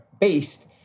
based